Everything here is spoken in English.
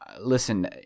listen